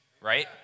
right